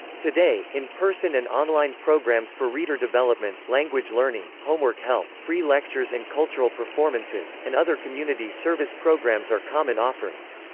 today, in-person and on-line programs for reader development, language learning, homework help, free lectures and cultural performances, and other community service programs are common offerings.